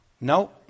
No